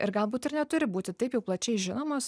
ir galbūt ir neturi būti taip jau plačiai žinomos